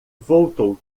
voltou